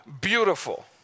beautiful